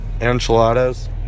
enchiladas